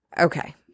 Okay